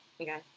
okay